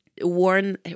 worn